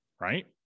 right